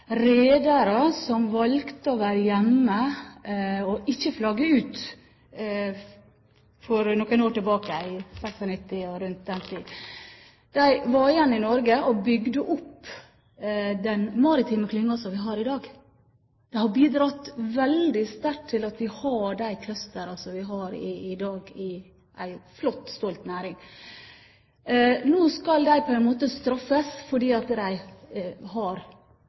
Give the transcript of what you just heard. redere som valgte å være hjemme i Norge og ikke flagge ut – for noen år tilbake, i 1996 og rundt den tid – og bygde opp den maritime klynga, som har bidratt veldig sterkt til at vi har de clustere som vi har i dag i en flott, stolt næring, nå på en måte skal straffes med en rederiskatt fordi de har